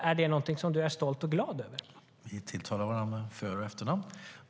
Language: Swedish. Är det något som Fredrik Malm är stolt och glad över?